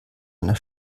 einer